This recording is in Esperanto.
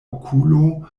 okulo